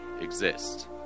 exist